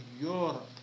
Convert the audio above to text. Europe